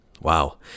Wow